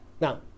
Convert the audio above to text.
now